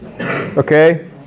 Okay